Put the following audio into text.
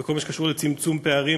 בכל מה שקשור לצמצום פערים